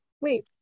wait